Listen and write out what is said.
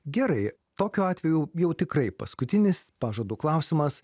gerai tokiu atveju jau tikrai paskutinis pažadu klausimas